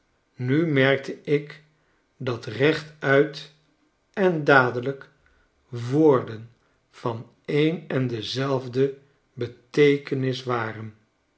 ku merkte ik dat b rechtuit en dadejijk woorden van een en dezelfde beteekenis waren